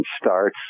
starts